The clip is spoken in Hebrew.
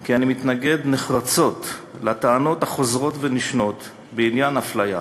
כי אני מתנגד נחרצות לטענות החוזרות ונשנות בעניין אפליה.